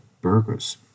burgers